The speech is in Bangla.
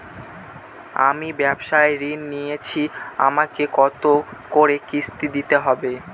আমি ব্যবসার ঋণ নিয়েছি আমাকে কত করে কিস্তি দিতে হবে?